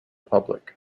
public